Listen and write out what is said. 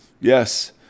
Yes